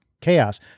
chaos